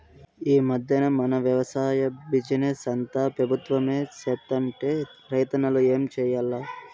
ఈ మధ్దెన మన వెవసాయ బిజినెస్ అంతా పెబుత్వమే సేత్తంటే రైతన్నలు ఏం చేయాల్ల